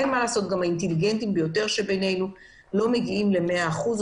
גם האינטליגנטים ביותר לא מגעים לשחזור מושלם.